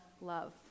love